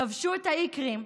כבשו את האי קרים,